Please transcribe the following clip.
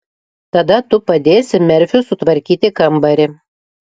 tada tu padėsi merfiui sutvarkyti kambarį